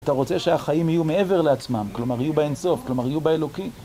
אתה רוצה שהחיים יהיו מעבר לעצמם, כלומר יהיו באינסוף, כלומר יהיו באלוקים..